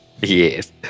Yes